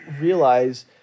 realize